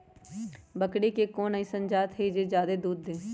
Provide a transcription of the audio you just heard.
बकरी के कोन अइसन जात हई जे जादे दूध दे?